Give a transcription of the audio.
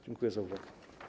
Dziękuję za uwagę.